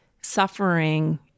suffering